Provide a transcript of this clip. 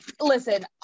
Listen